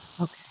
okay